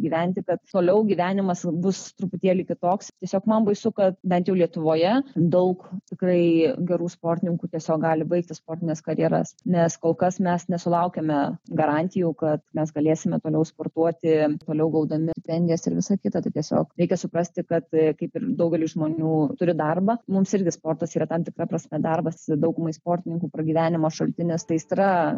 gyventi kad toliau gyvenimas bus truputėlį kitoks tiesiog man baisu kad bent jau lietuvoje daug tikrai gerų sportininkų tiesiog gali baigti sportines karjeras nes kol kas mes nesulaukiame garantijų kad mes galėsime toliau sportuoti toliau gaudami premijas ir visa kita tai tiesiog reikia suprasti kad kaip ir daugeliui žmonių turi darbą mums irgi sportas yra tam tikra prasme darbas daugumai sportininkų pragyvenimo šaltinis tai aistra